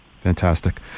Fantastic